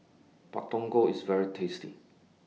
Pak Thong Ko IS very tasty